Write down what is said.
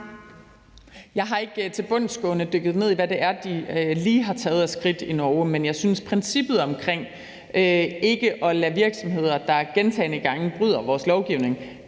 Jeg er ikke dykket tilbundsgående ned i, hvad det er, de lige har taget af skridt i Norge, men jeg synes, at princippet om ikke at lade virksomheder, der gentagne gange bryder vores lovgivning,